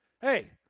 Hey